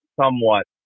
somewhat